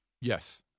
Yes